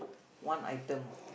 one item